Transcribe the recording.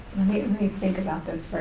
me think about this